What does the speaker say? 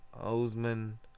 Osman